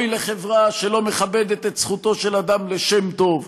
אוי לחברה שלא מכבדת את זכותו של אדם לשם טוב,